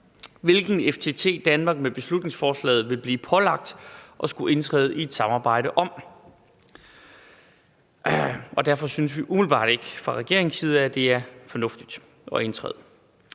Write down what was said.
hvilken FTT Danmark med beslutningsforslaget vil blive pålagt at skulle indtræde i et samarbejde om. Derfor synes vi umiddelbart ikke fra regeringens side, at det er fornuftigt at indtræde.